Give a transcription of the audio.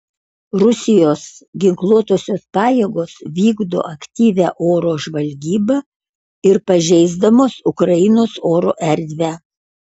rusijos ginkluotosios pajėgos vykdo aktyvią oro žvalgybą ir pažeisdamos ukrainos oro erdvę